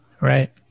Right